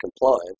compliance